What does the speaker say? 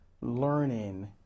learning